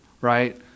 right